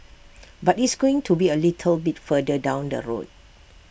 but it's going to be A little bit further down the road